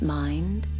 mind